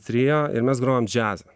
trio ir mes grojom džiazą